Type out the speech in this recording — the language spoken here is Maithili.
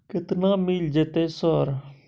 केतना मिल जेतै सर?